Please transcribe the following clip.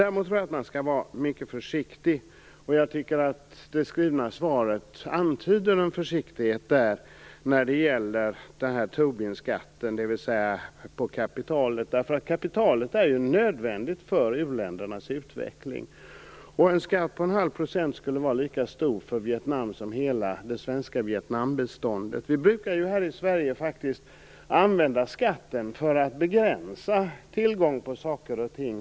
Däremot tror jag att man skall vara mycket försiktig - och jag tycker att det skrivna svaret antyder en försiktighet - när det gäller Tobin-skatten, dvs. skatten på kapitalet. Kapitalet är ju nödvändigt för u-ländernas utveckling, och en skatt på en halv procent skulle vara lika stor för Vietnam som hela det svenska Vietnambiståndet. Vi brukar ju här i Sverige använda skatten för att begränsa tillgången på saker och ting.